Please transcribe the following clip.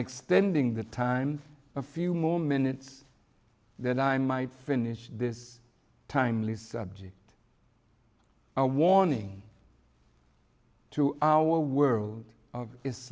extending the times a few more minutes that i might finish this timely subject a warning to our world